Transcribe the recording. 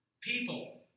people